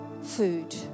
food